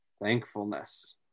thankfulness